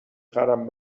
خرم